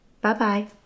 Bye-bye